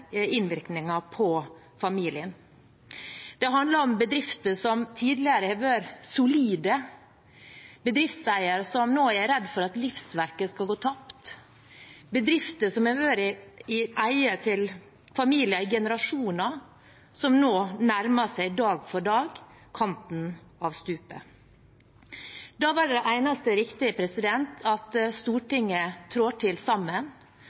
innvirkninger på familien. Det handler om bedrifter som tidligere har vært solide, bedriftseiere som nå er redd for at livsverket skal gå tapt, bedrifter som har vært i familiens eie i generasjoner, som nå dag for dag nærmer seg kanten av stupet. Da er det eneste riktige at Stortinget trår til